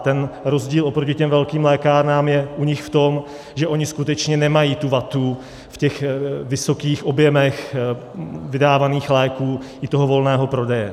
Ten rozdíl oproti těm velkým lékárnám je u nich v tom, že oni skutečně nemají tu vatu v těch vysokých objemech vydávaných léků i toho volného prodeje.